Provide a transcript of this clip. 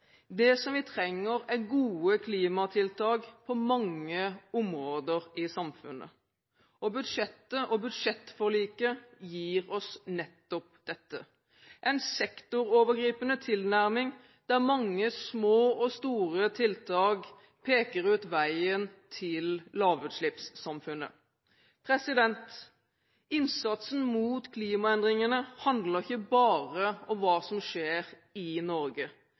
snarveier. Det vi trenger, er gode klimatiltak på mange områder i samfunnet. Budsjettet og budsjettforliket gir oss nettopp dette – en sektorovergripende tilnærming der mange små og store tiltak peker ut veien til lavutslippssamfunnet. Innsatsen mot klimaendringene handler ikke bare om hva som skjer i Norge.